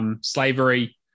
slavery